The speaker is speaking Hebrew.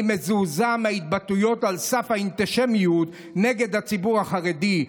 אני מזועזע מההתבטאויות על סף האנטישמיות נגד הציבור החרדי.